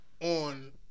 on